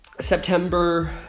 September